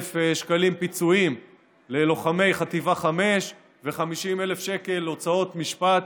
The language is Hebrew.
שקלים פיצויים ללוחמי חטיבה 5 ו-50,000 שקל הוצאות משפט.